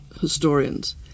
historians